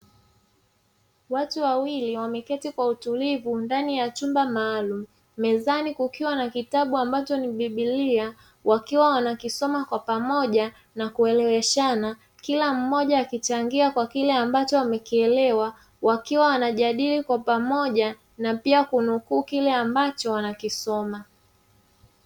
Watu wawili wameketi kwa utulivu ndani ya chumba maalum mezani kukiwa na na kitabu ambacho ni biblia wakiwa wanakisoma kwa pamoja na kueleweshana kila mmoja akichangia kile ambacho wamekielewa wakiwa wanajadili kwa pamoja na pia kunukuu kile ambacho wanakisoma.